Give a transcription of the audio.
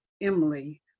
Emily